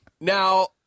Now